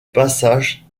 passage